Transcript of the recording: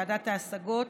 ועדת ההשגות.